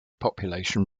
population